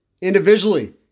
Individually